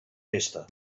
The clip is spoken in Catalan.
festa